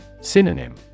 Synonym